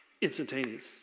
instantaneous